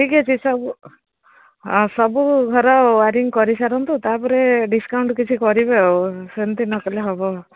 ଠିକ୍ ଅଛି ସବୁ ହଁ ସବୁ ଘର ୱାୟାରିିଂ କରିସାରନ୍ତୁ ତାପରେ ଡିସକାଉଣ୍ଟ କିଛି କରିବେ ଆଉ ସେମିତି ନକଲେ ହେବ